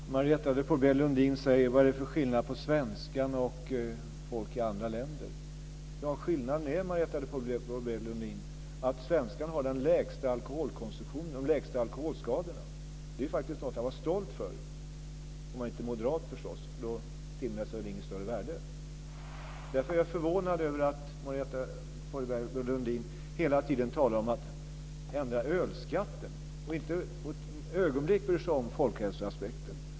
Fru talman! Marietta de Pourbaix-Lundin frågar vad det är för skillnad mellan svenskarna och folk i andra länder. Skillnaden är, Marietta de Pourbaix Lundin, att svenskarna har den lägsta alkoholkonsumtionen och de lägsta alkoholskadorna. Det är faktiskt någonting att vara stolt över. Men det gäller förstås inte om man är moderat. Då tillmäts det väl inget större värde. Jag är förvånad över att Marietta de Pourbaix-Lundin hela tiden talar om att ändra ölskatten och inte ett ögonblick bryr sig om folkhälsoaspekten.